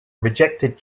rejected